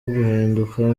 guhinduka